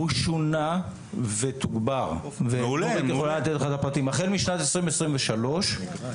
אולי גם פספסתי אולי לשמוע איך זה נסגר בדיון אבל אני גם אשמח לשמוע.